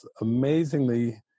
amazingly